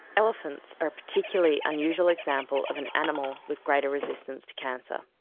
elephants are a particularly unusual example of an animal with greater resistance to cancer.